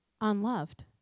unloved